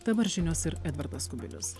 dabar žinios ir edvardas kubilius